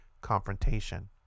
confrontation